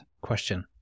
question